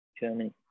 Germany